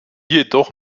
jedoch